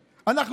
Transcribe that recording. לסיים.